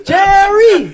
Jerry